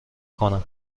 کنم